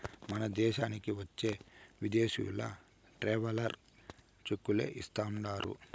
మన దేశానికి వచ్చే విదేశీయులు ట్రావెలర్ చెక్కులే ఇస్తాండారు